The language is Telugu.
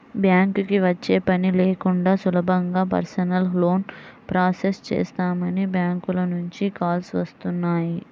బ్యాంకుకి వచ్చే పని లేకుండా సులభంగా పర్సనల్ లోన్ ప్రాసెస్ చేస్తామని బ్యాంకుల నుంచి కాల్స్ వస్తున్నాయి